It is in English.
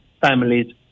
families